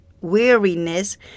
weariness